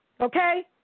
Okay